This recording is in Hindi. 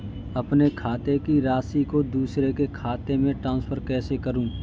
अपने खाते की राशि को दूसरे के खाते में ट्रांसफर कैसे करूँ?